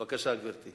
בבקשה, גברתי.